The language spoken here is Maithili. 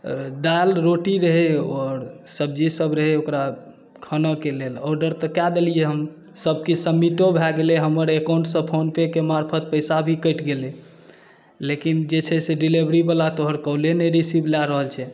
दालि रोटी रहै आओर सब्जीसब रहै ओकरा खानाक लेल ऑडर तऽ कऽ देलिए हम सबकिछु समिटो भऽ गेलै हमर अकाउन्टसँ फोनपेके मार्फत पैसा भी कटि गेलै मुदा जे छै से डिलिवरीवला तोहर कॉले नहि रिसीव लऽ रहल छै